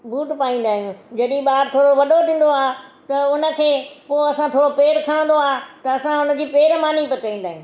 boot पाईंदा आहियूं जॾहिं ॿार थोरो वॾो थींदो आहे त हुन खे पोइ असां थोरो पेरु खणंदो आहे त असां हुन जी पहिरीं मानी पचाईंदा आहियूं